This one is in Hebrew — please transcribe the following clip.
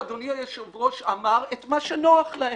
כמו שאדוני היושב-ראש אמר, את מה שנוח להם.